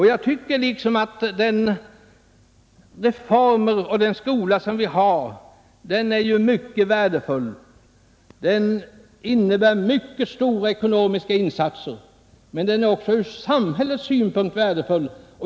Jag tycker att den skolform vi har är mycket värdefull. Den innebär mycket stora ekonomiska insatser, men den är också ur samhällets synpunkt värdefull.